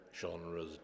genres